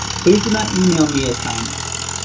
please do not email me assignments.